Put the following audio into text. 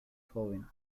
joven